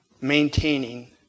maintaining